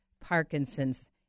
Parkinson's